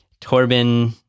Torben